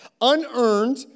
unearned